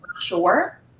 sure